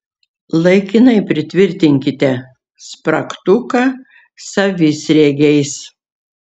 laikinai pritvirtinkite spragtuką savisriegiais